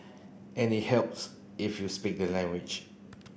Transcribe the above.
and it helps if you speak the language